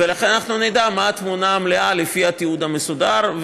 ולכן אנחנו נדע מה התמונה המלאה לפי התיעוד המסודר.